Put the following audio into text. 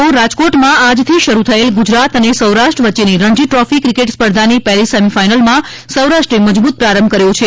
Ranji trophy રાજકોટમાં આજથી શરૂ થયેલ ગુજરાત અને સૌરાષ્ટ્ર વચ્ચેની રણજી ટ્રોફી ક્રિકેટ સ્પર્ધાની પહેલી સેમીફાઇનલમાં સૌરાષ્ટ્રે મજબૂત પ્રારંભ કર્યો છે